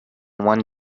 one